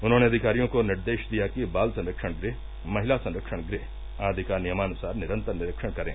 उन्होंने अधिकारियों को निर्देश दिया कि बाल संरक्षण गृह महिला संरक्षण गृह आदि का नियमानुसार निरन्तर निरीक्षण करें